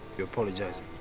you're apologising.